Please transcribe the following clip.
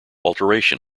alteration